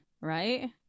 right